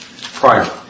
prior